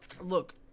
look